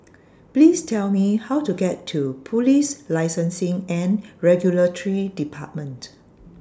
Please Tell Me How to get to Police Licensing and Regulatory department